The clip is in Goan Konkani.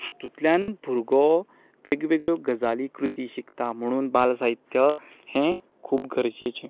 हातूंतल्यान भुरगो वेगवेगळ्यो गजाली कृती शिकता म्हणून बाल साहित्य हें खूब गरजेचें